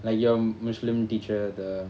like your muslim teacher the